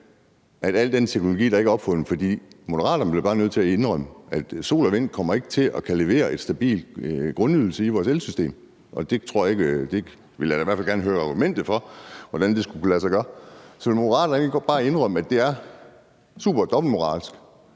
med al den teknologi, der ikke er opfundet, for Moderaterne bliver bare nødt til at indrømme, at sol og vind ikke kommer til at kunne levere en stabil grundydelse i vores elsystem. Det vil jeg i hvert fald gerne høre argumentet for hvordan skulle kunne lade sig gøre. Så vil Moderaterne ikke godt bare indrømme, at det er superdobbeltmoralsk